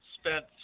spent